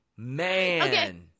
man